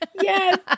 Yes